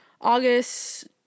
August